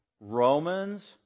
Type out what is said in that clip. Romans